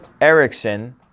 Erickson